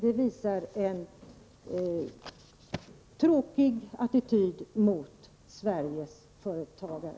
Det är en tråkig attityd gentemot Sveriges företagare.